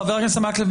חבר הכנסת מקלב,